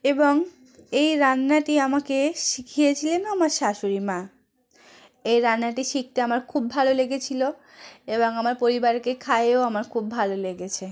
এবং এই রান্নাটি আমাকে শিখিয়েছিলেনও আমার শাশুড়ি মা এই রান্নাটি শিখতে আমার খুব ভালো লেগেছিলো এবং আমার পরিবারকে খাইয়েও আমার খুব ভালো লেগেছে